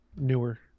Newer